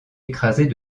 écrasés